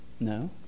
No